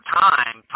time